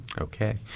Okay